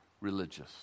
religious